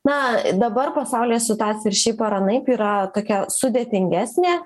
na dabar pasaulyje situacija ir šiaip ar anaip yra tokia sudėtingesnė